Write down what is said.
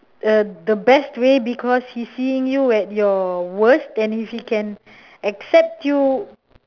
uh the best way because he's seeing you at your worst and if he can accept you